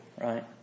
right